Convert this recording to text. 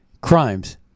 crimes